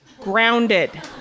grounded